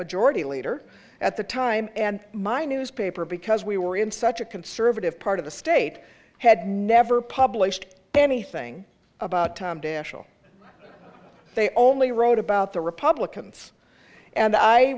majority leader at the time and my newspaper because we were in such a conservative part of the state had never published anything about time to national they only wrote about the republicans and i